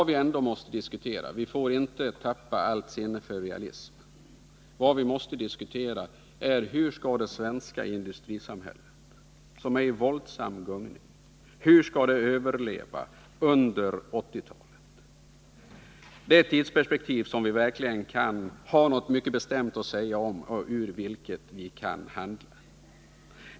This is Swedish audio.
Vi får inte tappa allt sinne för realism, och vad vi måste diskutera är hur det svenska industrisamhället, som är i våldsam gungning, skall överleva under 1980-talet. Det är det tidsperspektiv som vi verkligen kan ha något bestämt att säga om, som vi också kan handla utifrån.